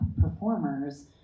performers